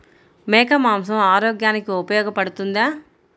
మేక మాంసం ఆరోగ్యానికి ఉపయోగపడుతుందా?